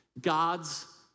God's